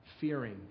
fearing